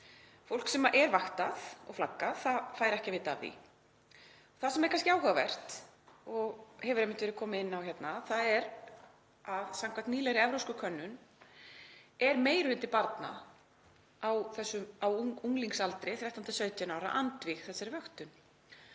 Fólk sem er vaktað og flaggað fær ekki að vita af því. Það sem er kannski áhugavert og hefur einmitt verið komið inn á hérna er að samkvæmt nýlegri evrópskri könnun er meiri hluti barna á þessum unglingsaldri, 13–17 ára, andvígur þessari vöktun.